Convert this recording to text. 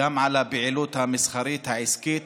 וגם על הפעילות המסחרית העסקית.